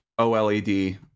OLED